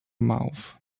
mouth